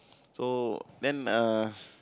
so then uh